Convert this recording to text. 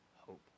hope